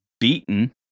beaten